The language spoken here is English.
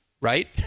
right